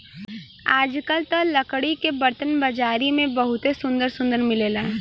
आजकल त लकड़ी के बरतन बाजारी में बहुते सुंदर सुंदर मिलेला